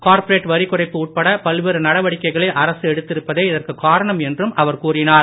corporate வரி குறைப்பு உட்பட பல்வேறு நடவடிக்கைகளை அரசு எடுத்திருப்பதே இதற்குக் காரணம் என்றும் கூறினார்